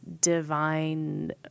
divine